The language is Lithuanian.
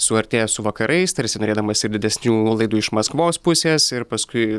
suartėja su vakarais tarsi norėdamas ir didesnių nuolaidų iš maskvos pusės ir paskui